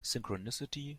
synchronicity